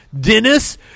Dennis